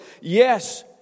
Yes